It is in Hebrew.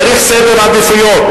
צריך סדר עדיפויות,